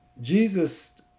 jesus